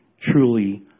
truly